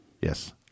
yes